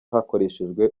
hakoreshejwe